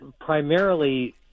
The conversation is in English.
primarily